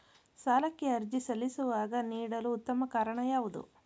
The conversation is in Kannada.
ಸಾಲಕ್ಕೆ ಅರ್ಜಿ ಸಲ್ಲಿಸುವಾಗ ನೀಡಲು ಉತ್ತಮ ಕಾರಣ ಯಾವುದು?